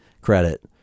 credit